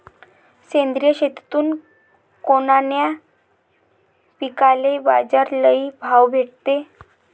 सेंद्रिय शेतीतून येनाऱ्या पिकांले बाजार लई भाव भेटते